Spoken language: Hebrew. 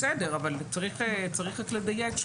בסדר, אבל צריך רק לדייק.